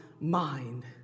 mind